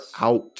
out